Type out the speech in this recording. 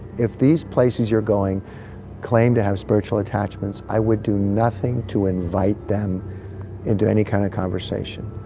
if these places you're going claim to have spiritual attachments, i would do nothing to invite them into any kind of conversation.